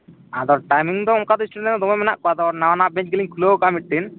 ᱟᱫᱚ ᱫᱚ ᱴᱟᱭᱢᱤᱝ ᱚᱱᱠᱟᱫᱚ ᱥᱴᱩᱰᱮᱱᱴ ᱫᱚᱢᱮ ᱢᱮᱱᱟᱜ ᱠᱚᱣᱟ ᱟᱫᱚ ᱱᱟᱣᱟ ᱱᱟᱣᱟ ᱵᱮᱪ ᱜᱮᱞᱤᱧ ᱠᱷᱩᱞᱟᱹᱣ ᱟᱠᱟᱫᱟ ᱢᱤᱫᱴᱮᱱ